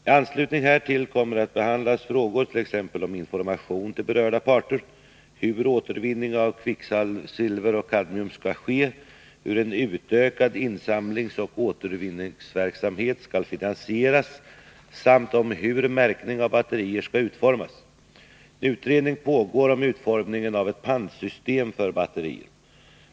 I anslutning härtill kommer att behandlas frågor t.ex. om information till berörda parter, om hur återvinning av kvicksilver och kadmium skall ske, om hur en utökad insamlingsoch återvinningsverksamhet skall finansieras samt om hur märkningen av batterier skall utformas. En utredning pågår om utformningen av ett pantsystem för batterier.